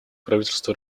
правительству